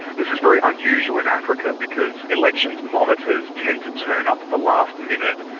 this is very unusual in africa, because election monitors tend to turn up at the last minute,